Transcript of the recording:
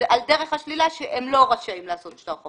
הילדים האלה הם אורחים שלי היום.